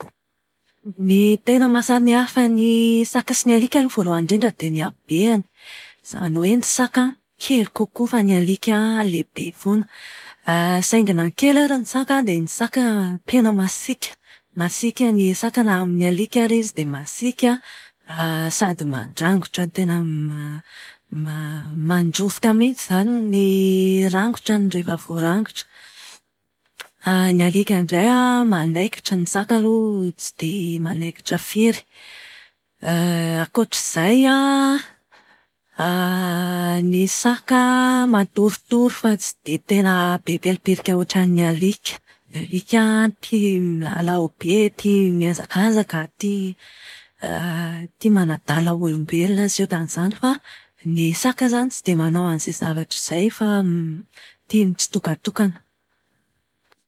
Ny tena mahasamihafa ny saka sy ny alika aloha voalohany indrindra dia ny habeny. Izany hoe ny saka kely kokoa fa ny alika lehibe foana. Saingy na kely ary ny saka an, dia ny saka tena masiaka. Masiaka ny saka, na amin'ny alika ary izy dia masiaka sady mandrangotra tena ma- ma- mandrovitra mihitsy izany ny rangotrany rehefa voarangotra. Ny alika indray an, manaikitra. Ny saka aloha tsy dia manaikitra firy. Ankoatr'izay an, ny saka matoritory fa tsy dia tena be pelipelika ohatran'ny alika. Ny alika an, tia milalao be, tia mihazakazaka, tia tia manadala olombelona sy ohatran'izany fa, ny saka izany tsy dia manao an'izay zavatra izay fa tia mitsitokatokana.